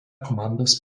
komandos